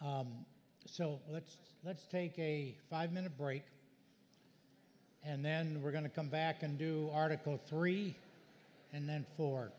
so let's let's take a five minute break and then we're going to come back and do article three and then fo